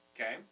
Okay